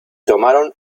tomaron